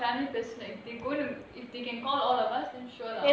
I'm a family person if they can call all of us then sure lah